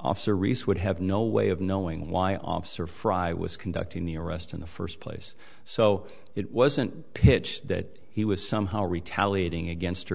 officer reese would have no way of knowing why officer fry was conducting the arrest in the first place so it wasn't pitched that he was somehow retaliating against